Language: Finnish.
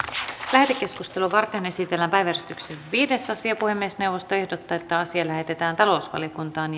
lähetekeskustelua varten esitellään päiväjärjestyksen viides asia puhemiesneuvosto ehdottaa että asia lähetetään talousvaliokuntaan